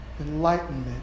enlightenment